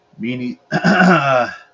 Meanie